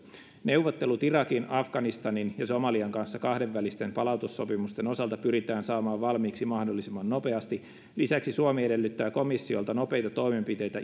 neuvottelut irakin afganistanin ja somalian kanssa kahdenvälisten palautussopimusten osalta pyritään saamaan valmiiksi mahdollisimman nopeasti lisäksi suomi edellyttää komissiolta nopeita toimenpiteitä